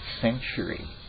century